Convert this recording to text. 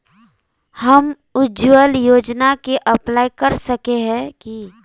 हम उज्वल योजना के अप्लाई कर सके है की?